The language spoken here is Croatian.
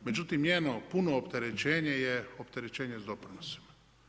Međutim, njeno puno opterećenje je opterećenje s doprinosima.